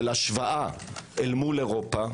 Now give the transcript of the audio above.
של השוואה אל מול אירופה,